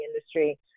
industry